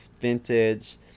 vintage